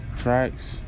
tracks